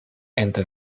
entre